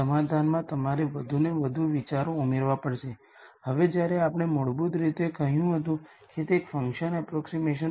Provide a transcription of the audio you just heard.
તેથી આ બીજો મહત્વપૂર્ણ વિચાર છે જેનો આપણે ઉપયોગ કરીશું જ્યારે આપણે ડેટા સાયન્સ કરીએ છીએ જ્યારે આપણે કોવેરિઅન્સ મેટ્રિસીઝ જોઈએ છીએ